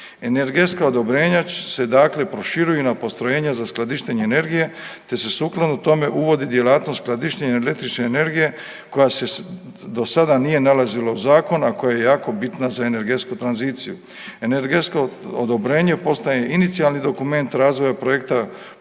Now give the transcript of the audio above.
Energetska odobrenja se dakle proširuju i na postrojenja za skladištenje energije te se sukladno tome uvodi djelatnost skladištenja električne energije koja se do sada nije nalazila u Zakonu, a koji je jako bitna za energetsku tranziciju. Energetsko odobrenje postaje inicijalni dokument razvoja projekta proizvodnje